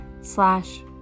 slash